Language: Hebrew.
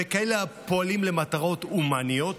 כאלה הפועלים למטרות הומניות,